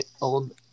old